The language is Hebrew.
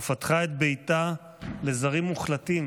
ופתחה את ביתה לזרים מוחלטים